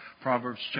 Proverbs